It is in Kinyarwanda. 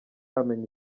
yamenya